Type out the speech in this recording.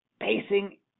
Pacing